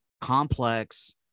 complex